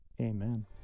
amen